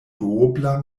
duobla